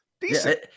decent